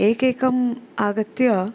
एकेकम् आगत्य